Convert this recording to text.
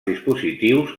dispositius